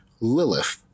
Lilith